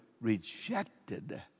rejected